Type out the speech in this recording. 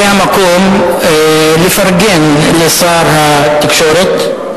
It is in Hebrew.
זה המקום לפרגן לשר התקשורת,